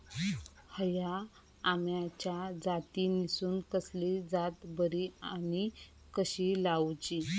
हया आम्याच्या जातीनिसून कसली जात बरी आनी कशी लाऊची?